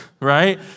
right